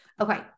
Okay